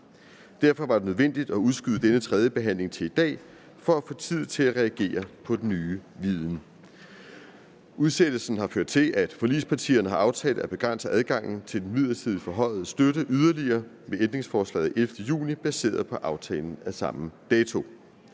Derfor var det nødvendigt at udskyde denne tredjebehandling til i dag for at få tid til at reagere på den nye viden. Udsættelsen har ført til, at forligspartierne har aftalt at begrænse adgangen til den midlertidigt forhøjede støtte yderligere med ændringsforslaget den 11. juni baseret på aftalen af samme dato.